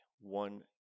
one